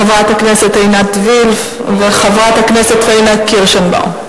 חברת הכנסת עינת וילף וחברת הכנסת פאינה קירשנבאום.